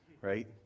right